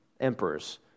emperors